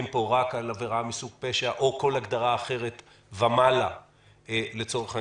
פה רק על עבירה מסוג פשע או כל הגדרה אחרת ומעלה לצורך העניין.